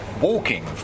walking